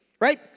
right